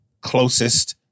closest